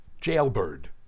Jailbird